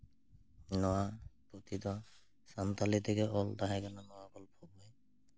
ᱱᱚᱣᱟ ᱯᱩᱛᱷᱤ ᱫᱚ ᱥᱟᱱᱛᱟᱲᱤ ᱛᱮᱜᱮ ᱚᱞ ᱛᱟᱦᱮᱸ ᱠᱟᱱᱟ ᱱᱚᱣᱟ ᱜᱚᱞᱯᱷᱚ ᱵᱳᱭ